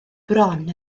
bron